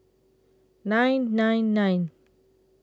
nine nine nine